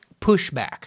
pushback